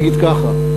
נגיד ככה,